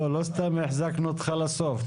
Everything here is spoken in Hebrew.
לא סתם החזקנו אותך לסוף.